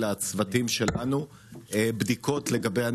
לא טיפלנו בעשבים השוטים, לא טיפלנו בקיצוניות,